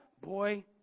Boy